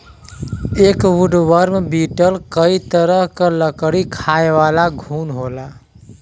एक woodworm beetle कई तरह क लकड़ी खायेवाला घुन होला